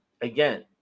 again